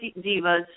divas